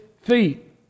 feet